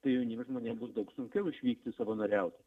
tai jauniem žmonėm bus daug sunkiau išvykti savanoriauti